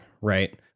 right